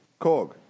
Korg